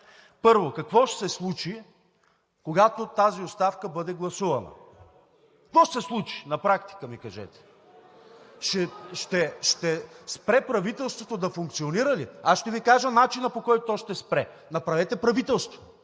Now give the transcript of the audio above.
първо, какво ще се случи, когато тази оставка бъде гласувана? Какво ще се случи на практика ми кажете? Ще спре правителството да функционира ли? Ще Ви кажа начина, по който то ще спре – направете правителство